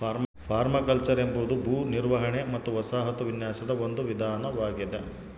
permaculture ಎಂಬುದು ಭೂ ನಿರ್ವಹಣೆ ಮತ್ತು ವಸಾಹತು ವಿನ್ಯಾಸದ ಒಂದು ವಿಧಾನವಾಗೆದ